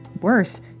Worse